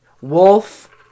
Wolf